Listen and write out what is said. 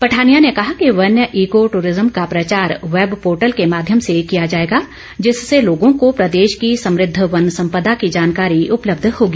पठानिया ने कहा कि वन्य ईको दूरिज्म का प्रचार बैव पोर्टल के माध्यम से किया जाएगा जिससे लोगों को प्रदेश की समुद्ध वन संपदा की जानकारी उपलब्ध होगी